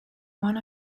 one